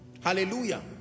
Hallelujah